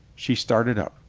she started up.